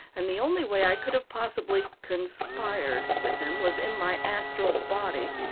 and the only way i could have possibly conspired with him was in my astral body.